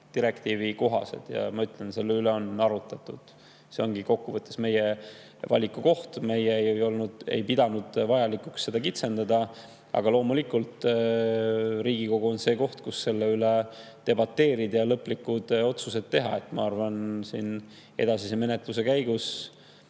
direktiivikohased. Selle üle on arutatud. See ongi kokkuvõttes meie valiku koht. Meie ei pidanud vajalikuks seda kitsendada, aga loomulikult, Riigikogu on see koht, kus saab selle üle debateerida ja lõplikud otsused teha. Ma arvan, et edasise menetluse käigus